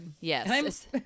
Yes